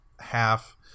half